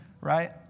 Right